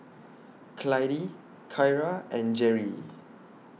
Clydie Kyra and Jerry